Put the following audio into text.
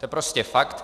To je prostě fakt.